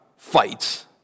fights